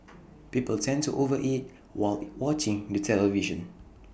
people tend to over eat while watching the television